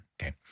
Okay